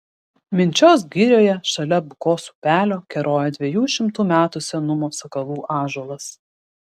minčios girioje šalia bukos upelio keroja dviejų šimtų metų senumo sakalų ąžuolas